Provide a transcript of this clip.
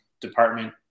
department